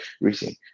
reason